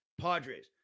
Padres